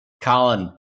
Colin